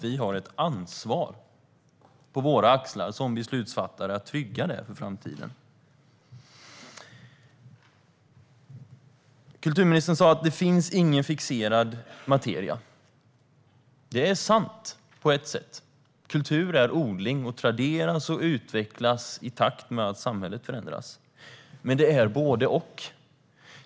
Vi har ett ansvar på våra axlar som beslutsfattare att trygga det för framtiden. Kulturministern sa att det inte finns någon fixerad materia. Det är på ett sätt sant. Kultur är odling och traderas och utvecklas i takt med att samhället förändras. Men det är både och.